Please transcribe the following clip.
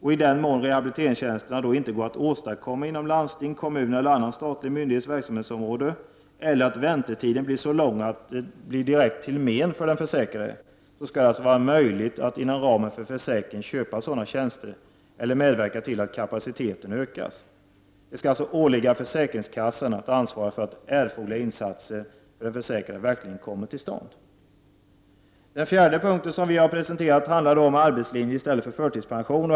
I den mån rehabiliteringstjänster inte går att åstadkomma inom landsting, kommun eller annan statlig myndighets verksamhetsområde eller väntetiden blir så lång att den blir direkt till men för den försäkrade, skall det vara möjligt att inom ramen för sjukförsäkringen köpa sådana tjänster eller medverka till att kapaciteten ökas. Det skall åligga försäkringskassan att ansvara för att erforderliga insatser för den försäkrade kommer till stånd. Den fjärde punkten vi har presenterat handlar om arbetslinje i stället för förtidspension.